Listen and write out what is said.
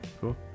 cool